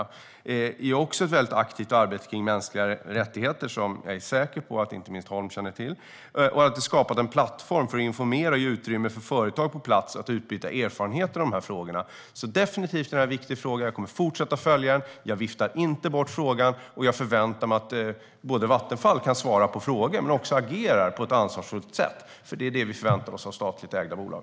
De bedriver också ett aktivt arbete kring mänskliga rättigheter, som jag är säker på att inte minst Holm känner till. Detta har skapat en plattform för att informera och ge utrymme för företag på plats att utbyta erfarenheter i dessa frågor. Detta är definitivt en viktig fråga, och jag kommer att fortsätta att följa den. Jag viftar inte bort den, och jag förväntar mig att Vattenfall både kan svara på frågor och agera på ett ansvarsfullt sätt. Det förväntar vi oss av statligt ägda bolag.